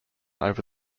over